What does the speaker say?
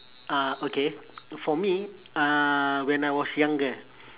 uh okay for me uh when I was younger